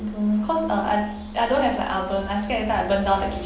I don't know cause uh I don't have an oven I scared later I burn down the kitchen